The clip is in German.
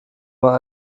mal